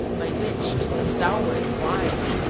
by which, if thou wert wise,